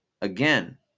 again